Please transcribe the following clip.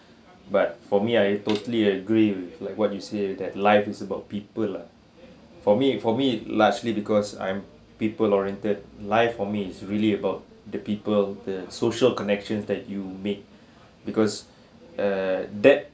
but for me I totally agree with like what you say that life is about people lah for me for me largely because I'm people oriented life for me is really about the people the social connections that you made because eh that